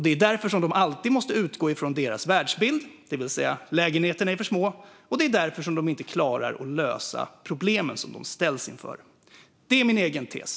Det är därför de alltid måste utgå från deras världsbild, det vill säga att lägenheterna är för små, och det är därför de inte klarar att lösa problemen de ställs inför. Det är min egen tes.